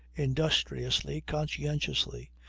industriously, conscientiously,